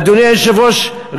אדוני היושב-ראש,